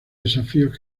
desafíos